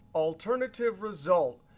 alternative result.